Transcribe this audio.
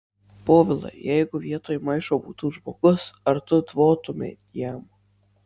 povilai jeigu vietoj maišo būtų žmogus ar tu tvotumei jam